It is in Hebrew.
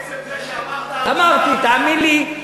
עצם זה שאמרת, אמרתי, תאמין לי.